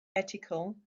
ethical